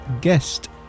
guest